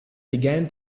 began